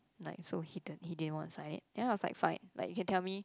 like so hidden he didn't want to sign it ya is like fine you can tell me